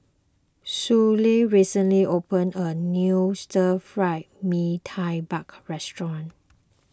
Suellen recently opened a new Stir Fried Mee Tai Mak Restaurant